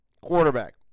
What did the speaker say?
quarterback